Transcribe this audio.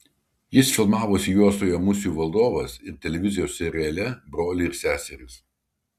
jis filmavosi juostoje musių valdovas ir televizijos seriale broliai ir seserys